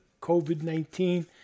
COVID-19